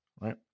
right